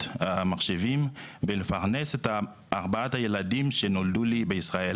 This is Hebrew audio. מחשבים ולפרנס את ארבעת הילדים שנולדו לי בישראל.